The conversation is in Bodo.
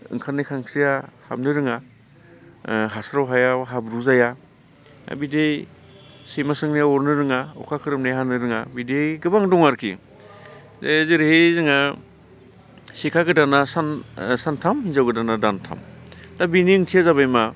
ओंखारनाय खानस्रिया हाबनो रोङा हास्राव हायाव हाब्रु जाया बिदि सैमा सोंनाया अरनो रोङा अखा खोरोमनाया हानो रोङा बिदि गोबां दङ आरोकि दा जेरैहाय जोंहा सिखा गोदाना सानथाम हिनजाव गोदाना दानथाम दा बेनि ओंथिया जाबाय मा